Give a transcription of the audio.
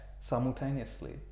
simultaneously